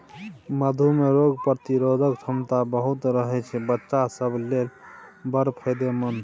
मधु मे रोग प्रतिरोधक क्षमता बहुत रहय छै बच्चा सब लेल बड़ फायदेमंद